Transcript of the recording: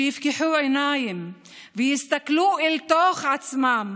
שיפקחו עיניים ויסתכלו אל תוך עצמם,